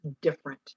different